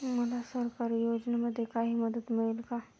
मला सरकारी योजनेमध्ये काही मदत मिळेल का?